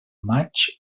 maig